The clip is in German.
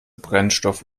brennstoff